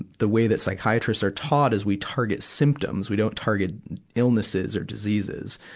the way that psychiatrists are taught, is we target symptoms we don't target illnesses or diseases.